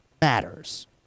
matters